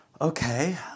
okay